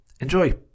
enjoy